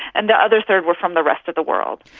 and the other third were from the rest of the world.